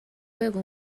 بگو